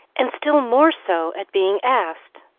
and still more so at being asked.